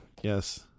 Yes